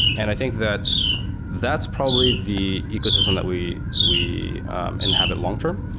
and i think that that's probably the ecosystem that we we inhabit long-term.